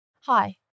Hi